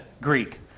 Greek